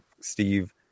steve